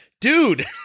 dude